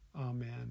Amen